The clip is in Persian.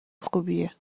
خوبیه